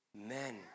Amen